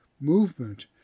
movement